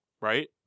Right